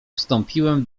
wstąpiłem